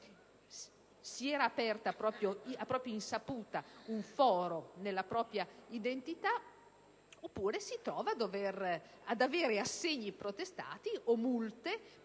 si era aperto, a propria insaputa, un foro nella propria identità; oppure di trovarsi ad avere assegni protestati o multe